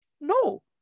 no